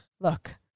Look